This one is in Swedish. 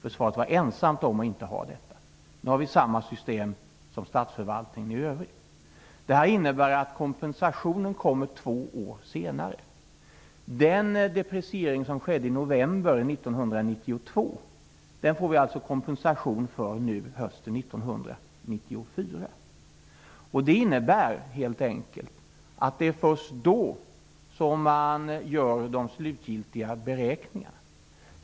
Försvaret var ensamt om att inte ha detta. Nu har vi samma system som statsförvaltningen i övrigt. Detta system innebär att kompensationen kommer två år senare. Den depreciering som skedde i november 1992 får vi alltså kompensation för hösten 1994. Det innebär helt enkelt att det är först då som man gör de slutgiltiga beräkningarna.